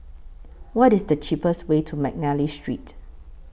What IS The cheapest Way to Mcnally Street